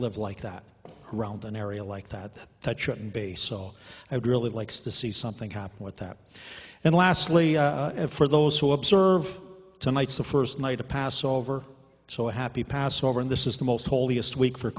live like that around an area like that that shouldn't be so i would really likes to see something happen with that and lastly for those who observe tonight's the first night of passover so a happy passover and this is the most holiest week for